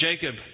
Jacob